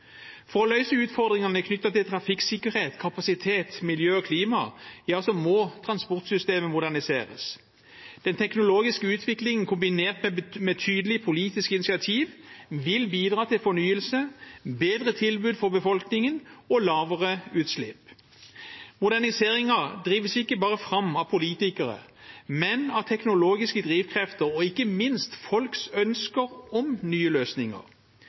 For å løse utfordringene knyttet til trafikksikkerhet, kapasitet, miljø og klima må transportsystemet moderniseres. Den teknologiske utviklingen kombinert med tydelige politiske initiativ vil bidra til fornyelse, bedre tilbud for befolkningen og lavere utslipp. Moderniseringen drives ikke bare fram av politikere, men av teknologiske drivkrefter, og ikke minst av folks ønsker om nye løsninger.